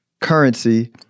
currency